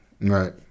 right